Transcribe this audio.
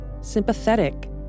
sympathetic